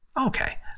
Okay